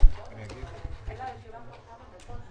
זה חשוב מאוד.